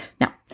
Now